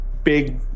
big